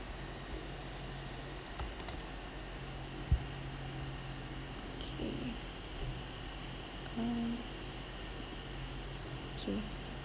okay um okay